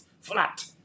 Flat